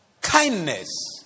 kindness